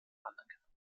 anerkennung